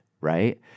right